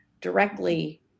directly